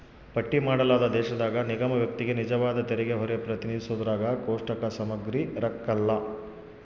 ಪಟ್ಟಿ ಮಾಡಲಾದ ದೇಶದಾಗ ನಿಗಮ ವ್ಯಕ್ತಿಗೆ ನಿಜವಾದ ತೆರಿಗೆಹೊರೆ ಪ್ರತಿನಿಧಿಸೋದ್ರಾಗ ಕೋಷ್ಟಕ ಸಮಗ್ರಿರಂಕಲ್ಲ